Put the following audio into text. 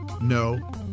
no